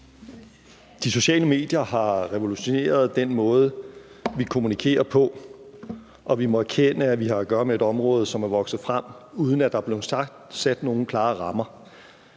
De sociale medier har revolutioneret den måde, vi kommunikerer på, og vi må erkende, at vi har at gøre med et område, som er vokset frem, uden at der er blevet sat nogle klare rammer.